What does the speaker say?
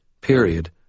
Period